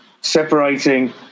separating